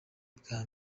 bwa